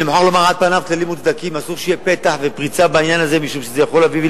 אני מלווה את התחום הזה שנים רבות,